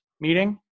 meeting